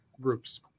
groups